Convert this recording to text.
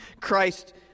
Christ